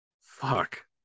fuck